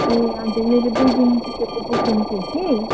ए हजुर मेरो दुई दिनपिछेको बुकिङ थियो कि